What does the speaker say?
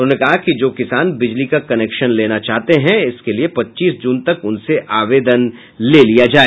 उन्होंने कहा कि जो किसान बिजली का कनेक्शन लेना चाहते हैं इसके लिए पच्चीस जून तक उनसे आवेदन ले लिया जाए